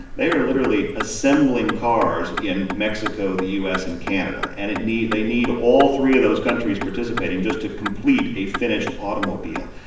they are literally assembling cars in mexico, the u s. and canada and it need they need all three of those countries participating just to complete a finished automobile.